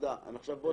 הצבעה בעד,